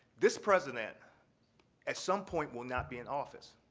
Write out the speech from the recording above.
this president at some point will not be in office.